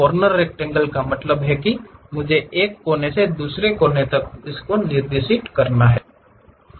corner rectangle का मतलब है कि मुझे एक कोने से दूसरे कोने तक निर्दिष्ट करना होगा